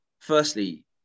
firstly